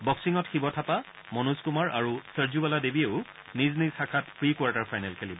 বঙ্গিঙত শিৱ থাপা মনোজ কুমাৰ আৰু সৰজুবালা দেৱীয়েও নিজ নিজ শাখাত প্ৰি কোৱাৰ্টাৰ ফাইনেল খেলিব